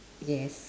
yes